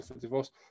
divorce